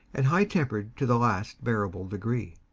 and high-tempered to the last bearable degree,